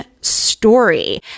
story